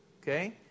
okay